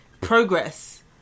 progress